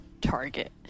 Target